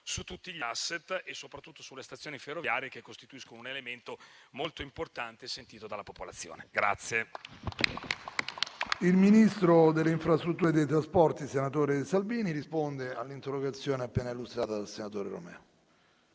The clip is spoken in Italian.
su tutti gli *asset* e soprattutto sulle stazioni ferroviarie, in quanto essi costituiscono un elemento molto importante e sentito dalla popolazione.